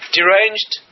Deranged